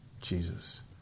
Jesus